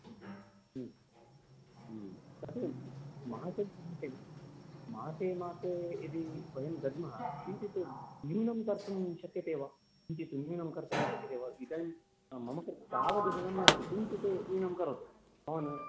तर्हि मासे मासे मासे मासे यदि वयं दद्मः तर्हि किञ्चित् न्यूनं कर्तुं शक्यते वा किञ्चित् न्यूनं कर्तुं शक्यते वा इदानीं मम तावत् धनं नास्ति किञ्चित् न्यूनं करोतु भवान्